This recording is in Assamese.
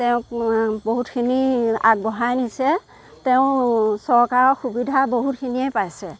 তেওঁক মই বহুতখিনি আগবঢ়াই নিছে তেওঁ চৰকাৰৰ সুবিধা বহুতখিনিয়ে পাইছে